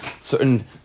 certain